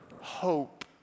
hope